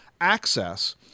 access